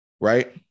Right